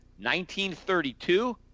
1932